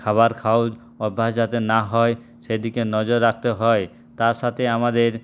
খাবার খাওয়ার অভ্যাস যাতে না হয় সেদিকে নজর রাখতে হয় তার সাথে আমাদের